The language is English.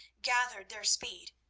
gathered their speed.